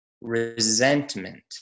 Resentment